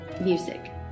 music